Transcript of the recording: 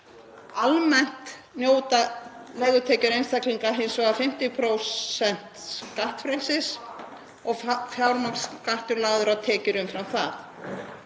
Almennt njóta leigutekjur einstaklinga hins vegar 50% skattfrelsis og fjármagnstekjuskattur er lagður á tekjur umfram það.